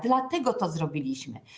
Dlatego to zrobiliśmy.